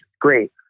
Great